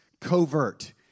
covert